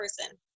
person